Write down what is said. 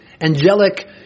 angelic